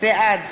בעד